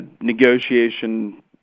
negotiation